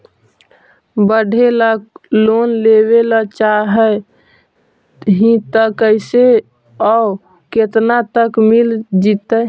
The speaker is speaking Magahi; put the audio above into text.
पढ़े ल लोन लेबे ल चाह ही त कैसे औ केतना तक मिल जितै?